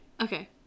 Okay